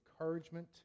encouragement